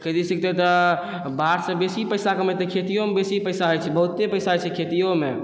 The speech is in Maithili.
खेती सिखतै तऽ बाहरसँ बेसी पैसा कमेतै खेतिओमे बेसी पैसा होइ छै बहुते पैसा होइ छै खेतिओमे